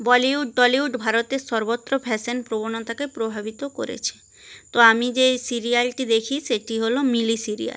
Bollywood Tollywood ভারতের সর্বত্র fashion প্রবণতাকে প্রভাবিত করেছে তো আমি যেই সিরিয়ালটি দেখি সেটি হলো মিলি সিরিয়াল